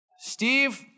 Steve